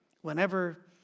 whenever